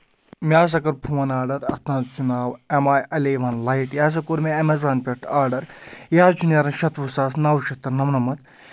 مےٚ ہَسا کٔر فون آرڈَر اَتھ نَہ حظ چھُ ناو ایم آے الیوَن لایٹ یہِ ہَسا کوٚر مےٚ اؠمزان پؠٹھ آرڈَر یہِ حظ چھُ نیران شٮ۪توُہ ساس نَو شَتھ تہٕ نَمنَمَتھ